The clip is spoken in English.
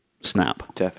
snap